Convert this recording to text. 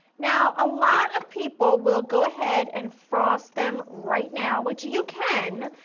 now a lot of people will go ahead and frost them right now, which you can,